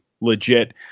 legit